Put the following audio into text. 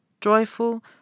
joyful